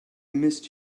missed